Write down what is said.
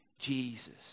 Jesus